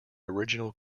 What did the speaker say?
original